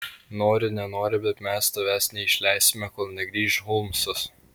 nori nenori bet mes tavęs neišleisime kol negrįš holmsas